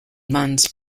buns